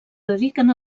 dediquen